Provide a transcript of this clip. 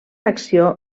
acció